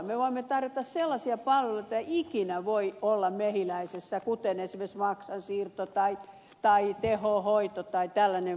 me voimme tarjota sellaisia palveluita joita ei ikinä voi olla mehiläisessä kuten esimerkiksi maksansiirto tai tehohoito tai tällainen vastaava